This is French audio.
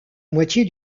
moitié